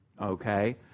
Okay